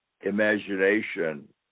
imagination